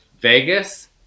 Vegas